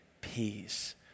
peace